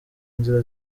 nzira